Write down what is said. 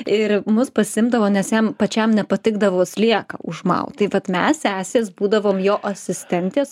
ir mus pasiimdavo nes jam pačiam nepatikdavo slieką užmaut taip vat mes sesės būdavom jo asistentės